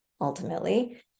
ultimately